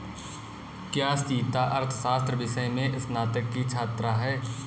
क्या सीता अर्थशास्त्र विषय में स्नातक की छात्रा है?